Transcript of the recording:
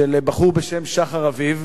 של בחור בשם שחר אביב,